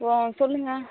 ஓ சொல்லுங்கள்